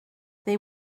they